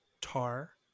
Tar